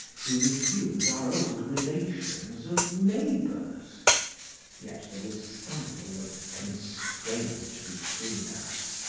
we resumed our old relations of neighbors yet there was something of constraint between us,